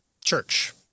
church